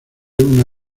una